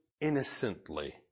innocently